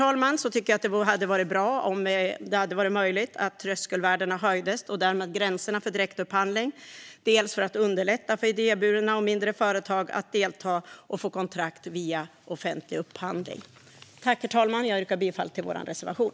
Till sist tycker jag att det hade varit bra om det hade varit möjligt att höja tröskelvärdena och därmed gränserna för direktupphandling, bland annat för att underlätta för idéburna och mindre företag att delta och få kontrakt via offentlig upphandling. Herr talman! Jag yrkar bifall till vår reservation.